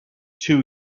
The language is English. too